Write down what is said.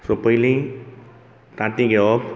so पयलीं तांतीं घेवप